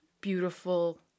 beautiful